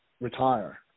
retire